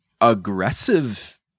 Aggressive